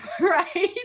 Right